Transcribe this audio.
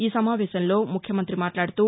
ఈసమావేశంలో ముఖ్యమంగ్రి మాట్లాడుతూ